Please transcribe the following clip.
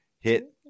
hit